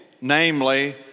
namely